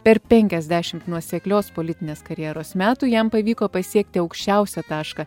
per penkiasdešimt nuoseklios politinės karjeros metų jam pavyko pasiekti aukščiausią tašką